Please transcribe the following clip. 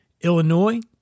Illinois